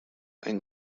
einen